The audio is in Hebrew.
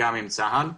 עם צה"ל.